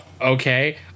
okay